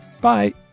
Bye